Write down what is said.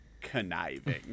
conniving